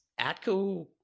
atco